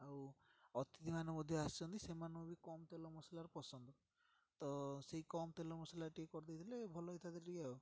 ଆଉ ଅତିଥିମାନେ ମଧ୍ୟ ଆସିଛନ୍ତି ସେମାନଙ୍କୁ ବି କମ୍ ତେଲ ମସଲାର ପସନ୍ଦ ତ ସେଇ କମ୍ ତେଲ ମସଲା ଟିକେ କରିଦେଇଥିଲେ ଭଲ ହୋଇଥାନ୍ତା ଟିକେ ଆଉ